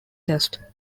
test